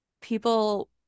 people